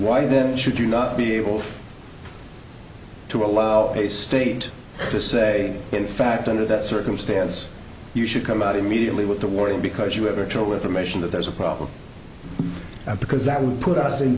why then should you not be able to allow a statement to say in fact under that circumstance you should come out immediately with a warning because you have a job with a mission that there's a problem because that would put us in